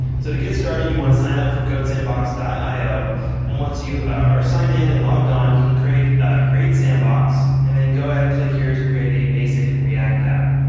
so to get started you want to sign up for codesandbox io and once you are signed in and logged on you can create create sandbox and then go ahead and click here to create a basic react app.